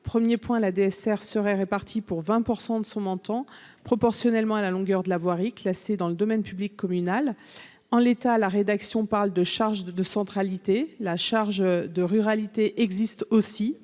: 1er point la DSR seraient répartis pour 20 % de son menton proportionnellement à la longueur de la voirie, classé dans le domaine public communal en l'état la rédaction parle de charges de centralité la charge de ruralité existe aussi,